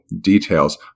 details